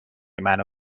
منو